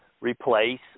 replace